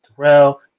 Terrell